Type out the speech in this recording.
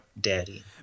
daddy